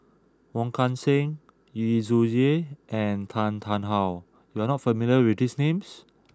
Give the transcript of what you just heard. Wong Kan Seng Yu Zhuye and Tan Tarn How you are not familiar with these names